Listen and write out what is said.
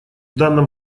данном